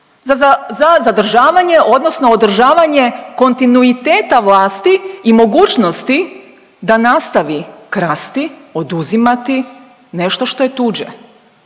za zadržavanje odnosno održavanje kontinuiteta vlasti i mogućnosti da nastavi krasti, oduzimati nešto što je tuđe,